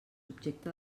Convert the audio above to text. objecte